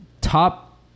top